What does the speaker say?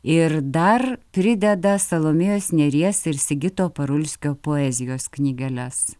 ir dar prideda salomėjos nėries ir sigito parulskio poezijos knygeles